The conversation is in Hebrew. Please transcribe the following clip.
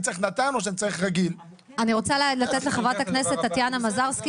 או שתמיד זה בן אדם, עד שהאמבולנס מגיע.